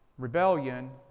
Rebellion